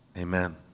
Amen